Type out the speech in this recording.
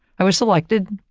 i was selected,